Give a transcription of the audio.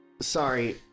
Sorry